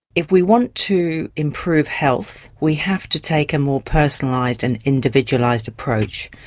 if we want to improve health, we have to take a more personalised and individualised approach.